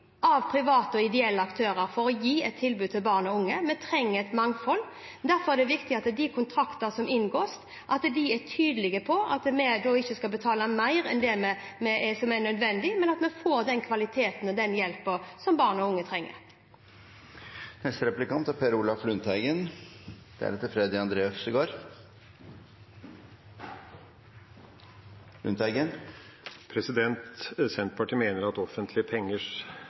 av private og ideelle aktører for å gi et tilbud til barn og unge. Vi trenger et mangfold. Derfor er det viktig at de kontraktene som inngås, er tydelige på at vi ikke skal betale mer enn det som er nødvendig, men at vi får den kvaliteten og den hjelpen som barn og unge trenger. Senterpartiet mener at